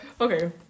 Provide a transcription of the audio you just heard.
Okay